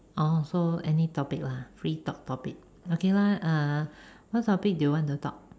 oh so any topic lah free talk topic okay lah uh what topic do you want to talk